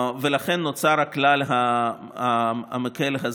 ולכן נוצר הכלל המקל הזה.